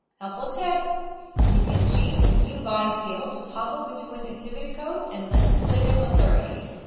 helpful tip you can change the view by field to toggle between activity code and legislative authority.